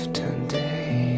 today